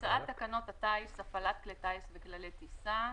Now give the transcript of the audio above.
הצעת תקנות הטיס (הפעלת כלי טיס וכללי טיסה),